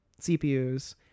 cpus